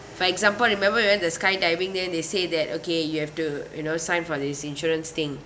for example remember we went the skydiving then they said that okay you have to you know sign for this insurance thing